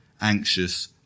anxious